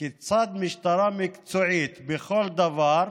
כיצד משטרה שהיא מקצועית בכל דבר,